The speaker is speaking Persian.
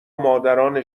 مادران